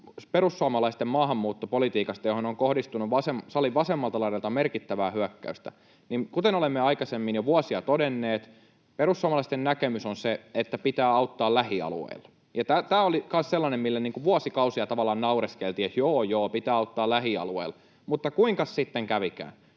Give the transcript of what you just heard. perussuomalaisten maahanmuuttopolitiikasta, johon on kohdistunut salin vasemmalta laidalta merkittävää hyökkäystä. Kuten olemme aikaisemmin, jo vuosia, todenneet, perussuomalaisten näkemys on se, että pitää auttaa lähialueilla. Tämä oli kanssa sellainen, mille vuosikausia tavallaan naureskeltiin, että joo joo, pitää auttaa lähialueilla, mutta kuinkas sitten kävikään?